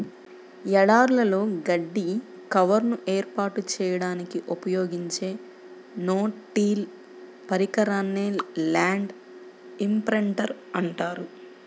ఎడారులలో గడ్డి కవర్ను ఏర్పాటు చేయడానికి ఉపయోగించే నో టిల్ పరికరాన్నే ల్యాండ్ ఇంప్రింటర్ అంటారు